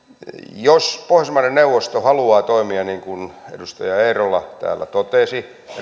jos pohjoismaiden neuvosto haluaa toimia niin kuin edustaja eerola täällä totesi